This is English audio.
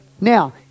Now